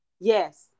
Yes